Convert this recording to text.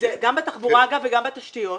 גם בתחבורה וגם בתשתיות.